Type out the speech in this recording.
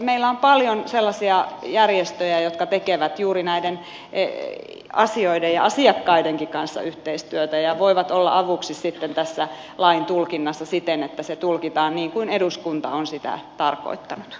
meillä on paljon sellaisia järjestöjä jotka tekevät juuri näiden asioiden ja asiakkaidenkin kanssa yhteistyötä ja voivat olla avuksi sitten tässä lain tulkinnassa siten että se tulkitaan niin kuin eduskunta on sitä tarkoittanut